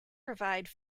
provide